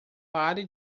pare